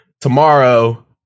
tomorrow